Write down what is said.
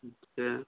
अच्छा